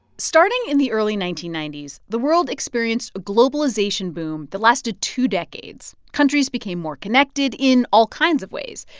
starting in the early nineteen ninety s, the world experienced a globalization boom that lasted two decades. countries became more connected in all kinds of ways.